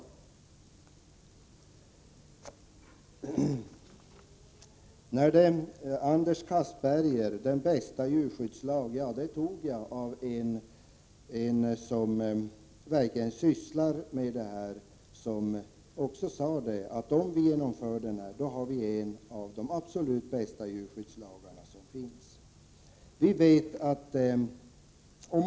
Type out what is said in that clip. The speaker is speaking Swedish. Till Anders Castberger: Uttrycket att detta var den bästa djurskyddslagen fick jag från en som verkligen sysslar med detta. Han sade, att om vi genomför den här lagstiftningen, har vi en av de absolut bästa djurskyddslagar som finns.